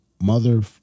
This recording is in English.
mother